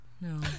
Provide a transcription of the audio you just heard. No